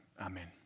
Amen